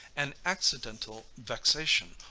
an accidental vexation,